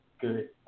good